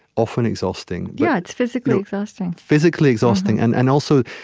often, exhausting yeah, it's physically exhausting physically exhausting, and and also,